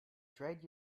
trade